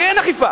כי אין אכיפה.